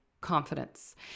confidence